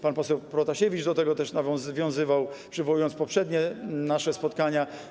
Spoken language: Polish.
Pan poseł Protasiewicz do tego też nawiązywał, przywołując poprzednie nasze spotkania.